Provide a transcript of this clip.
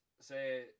say